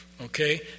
Okay